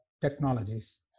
technologies